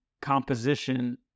composition